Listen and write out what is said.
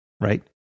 right